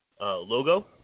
logo